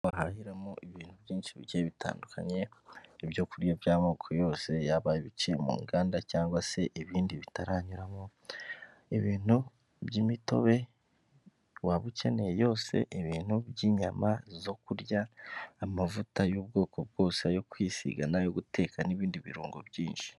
Harimo ibintu byinshi bigiye bitandukanye ibyokurya by'amoko yose, yaba ibiciye mu nganda cyangwa se ibindi bitaranyuramo, ibintu by'imitobe waba ukeneye byose, ibintu by'inyama zo kurya, amavuta y'ubwoko bwose yo kwisiga n’ayo guteka n'ibindi birungo byinshi.